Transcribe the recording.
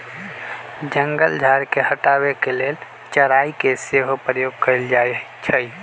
जंगल झार के हटाबे के लेल चराई के सेहो प्रयोग कएल जाइ छइ